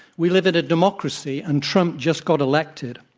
we live in a democracy, and trump just got elected.